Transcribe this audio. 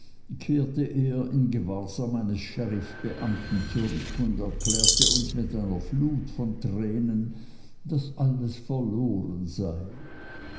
in gewahrsam eines sherifbeamten zurück und erklärte uns mit einer flut von tränen daß alles verloren sei